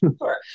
Sure